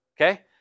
okay